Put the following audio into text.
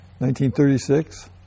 1936